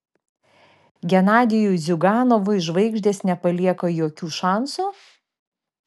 genadijui ziuganovui žvaigždės nepalieka jokių šansų